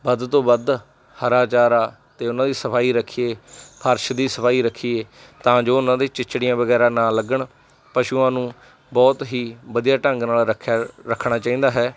ਵੱਧ ਤੋਂ ਵੱਧ ਹਰਾ ਚਾਰਾ ਅਤੇ ਉਹਨਾਂ ਦੀ ਸਫਾਈ ਰੱਖੀਏ ਫਰਸ਼ ਦੀ ਸਫਾਈ ਰੱਖੀਏ ਤਾਂ ਜੋ ਉਹਨਾਂ ਦੇ ਚਿੱਚੜੀਆਂ ਵਗੈਰਾ ਨਾ ਲੱਗਣ ਪਸ਼ੂਆਂ ਨੂੰ ਬਹੁਤ ਹੀ ਵਧੀਆ ਢੰਗ ਨਾਲ ਰੱਖਿਆ ਰੱਖਣਾ ਚਾਹੀਦਾ ਹੈ